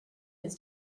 his